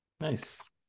Nice